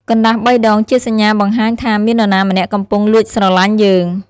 កណ្ដាស់បីដងជាសញ្ញាបង្ហាញថាមាននរណាម្នាក់កំពុងលួចស្រឡាញ់យើង។